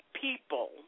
people